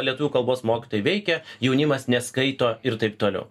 lietuvių kalbos mokytojai veikia jaunimas neskaito ir taip toliau